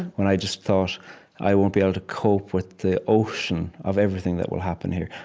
when i just thought i won't be able to cope with the ocean of everything that will happen here,